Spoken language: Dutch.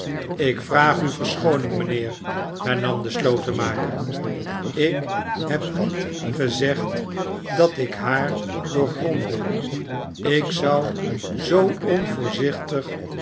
ik vraag u verschooning mijnheer hernam de slotenmaker slk heb niet gezegd dat ik haar doorgrondde ik zou zoo